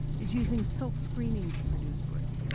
is using silk screening to produce braille.